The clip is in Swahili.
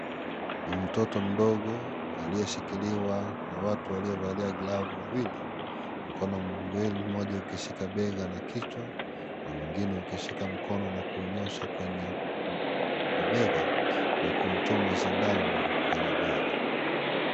Mtoto mdogo aliyeshikilwa na watu waliovalia glavu wawili, mkono mmoja ukishika bega na kichwa na mwingine ukishika mkono na kuunyosha kwenye mabega na kumchoma sindano kwenye bega.